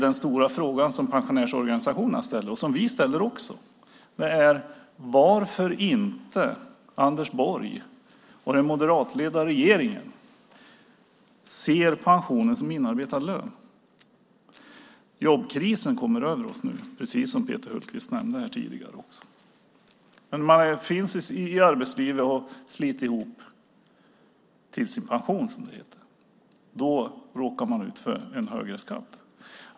Den stora fråga som pensionärsorganisationerna och även vi ställer är varför Anders Borg och den moderatledda regeringen inte ser pensionen som inarbetad lön. Jobbkrisen kommer nu över oss, vilket Peter Hultqvist också nämnde. När man befunnit sig i arbetslivet och slitit ihop till sin pension, som det heter, råkar man sedan ut för en högre skatt.